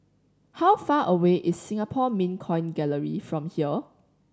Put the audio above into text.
how far away is Singapore Mint Coin Gallery from here